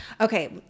Okay